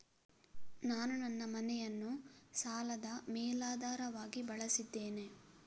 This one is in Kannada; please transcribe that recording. ನಾನು ನನ್ನ ಮನೆಯನ್ನು ಸಾಲದ ಮೇಲಾಧಾರವಾಗಿ ಬಳಸಿದ್ದೇನೆ